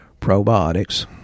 probiotics